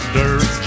dirt